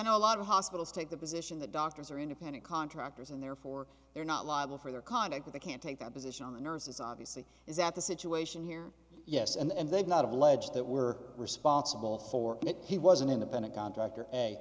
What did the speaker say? know a lot of hospitals take the position that doctors are independent contractors and therefore they're not liable for their conduct they can't take a position on the nurses obviously is that the situation here yes and they go of ledge that were responsible for it he was an independent contractor